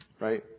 Right